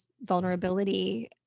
vulnerability